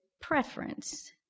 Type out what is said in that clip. preference